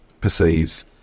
perceives